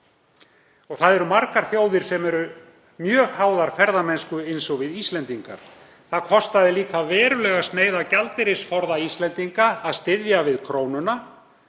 leitað. Margar þjóðir eru mjög háðar ferðamennsku eins og við Íslendingar. Það kostaði líka verulega sneið af gjaldeyrisforða Íslendinga að styðja við krónuna.